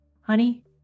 honey